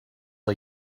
are